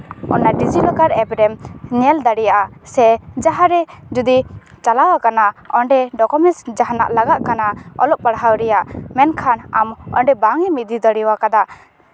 ᱚᱱᱟ DigiLocker app ᱨᱮᱢ ᱧᱮᱞ ᱫᱟᱲᱮᱭᱟᱜᱼᱟ ᱥᱮ ᱡᱟᱦᱟᱸᱨᱮ ᱡᱩᱫᱤ ᱪᱟᱞᱟᱣ ᱠᱟᱱᱟ ᱚᱸᱰᱮ ᱰᱚᱠᱚᱢᱮᱱᱴᱥ ᱡᱟᱦᱟᱱᱟᱜ ᱞᱟᱜᱟᱜ ᱠᱟᱱᱟ ᱚᱞᱚᱜ ᱯᱟᱲᱦᱟᱜ ᱨᱮᱭᱟᱜ ᱢᱮᱱᱠᱷᱟᱱ ᱟᱢ ᱚᱸᱰᱮ ᱵᱟᱝ ᱮᱢ ᱤᱫᱤ ᱫᱟᱲᱮᱣᱟᱠᱟᱫᱟ